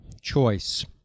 choice